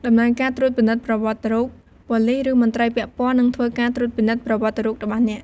ដំណើរការត្រួតពិនិត្យប្រវត្តិរូប: ប៉ូលិស ឬមន្ត្រីពាក់ព័ន្ធនឹងធ្វើការត្រួតពិនិត្យប្រវត្តិរូបរបស់អ្នក។